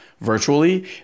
Virtually